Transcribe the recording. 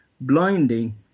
Blinding